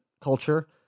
culture